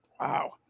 wow